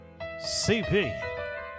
CP